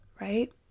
right